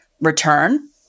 return